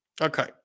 Okay